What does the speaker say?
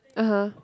(uh huh)